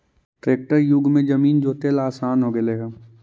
tractor युग में जमीन जोतेला आसान हो गेले हइ